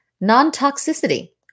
Non-toxicity